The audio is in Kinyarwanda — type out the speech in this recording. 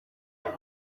cumi